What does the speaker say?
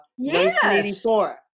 1984